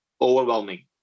overwhelming